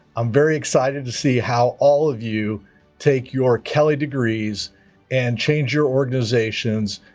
i'm very excited to see how all of you take your kelley degrees and change your organizations,